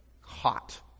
hot